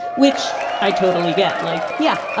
which i totally get like yeah.